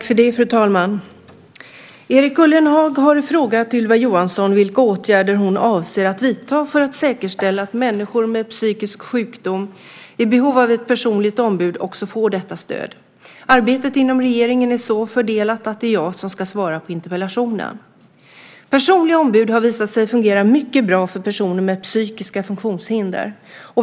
Fru talman! Erik Ullenhag har frågat Ylva Johansson vilka åtgärder hon avser att vidta för att säkerställa att människor med psykisk sjukdom i behov av ett personligt ombud också får detta stöd. Arbetet inom regeringen är så fördelat att det är jag som ska svara på interpellationen. Personliga ombud har visat sig fungera mycket bra för personer med psykiska funktionshinder.